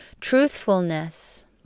Truthfulness